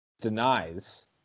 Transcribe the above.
denies